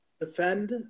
Defend